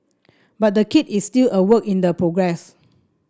but the kit is still a work in progress